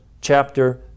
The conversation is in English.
chapter